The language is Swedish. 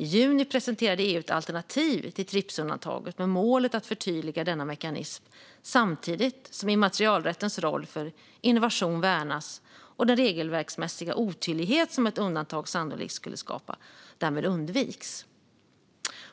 I juni presenterade EU ett alternativ till Tripsundantaget med målet att förtydliga denna mekanism samtidigt som immaterialrättens roll för innovation värnas och den regelverksmässiga otydlighet som ett undantag sannolikt skulle skapa därmed undviks.